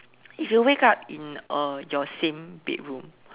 if you wake up in uh your same bedroom